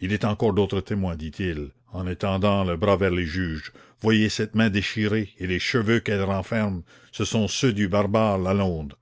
il est encore d'autres témoins dit-il en étendant le bras vers les juges voyez cette main déchirée et les cheveux qu'elle renferme ce sont ceux du barbare lalonde